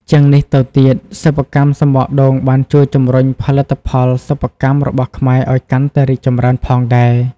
ជាងនេះទៅទៀត សិប្បកម្មសំបកដូងបានជួយជំរុញផលិតផលសិប្បកម្មរបស់ខ្មែរឲ្យកាន់តែរីកចម្រើនផងដែរ។